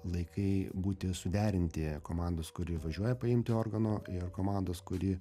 laikai būti suderinti komandos kuri važiuoja paimti organo ir komandos kuri